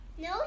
No